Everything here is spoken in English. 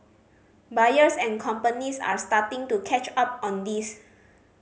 buyers and companies are starting to catch up on this